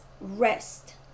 rest